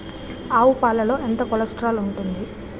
ఆవు పాలలో ఎంత కొలెస్ట్రాల్ ఉంటుంది?